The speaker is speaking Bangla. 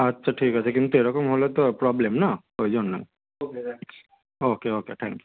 আচ্ছা ঠিক আছে কিন্তু এরকম হলে তো প্রবলেম না ওই জন্যই ওকে ওকে থ্যাংক ইউ